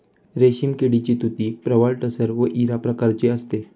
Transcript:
रेशीम किडीची तुती प्रवाळ टसर व इरा प्रकारची असते